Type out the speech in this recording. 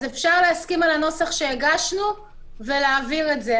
אז אפשר להסכים על הנוסח שהגשנו ולהעביר את זה.